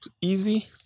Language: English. easy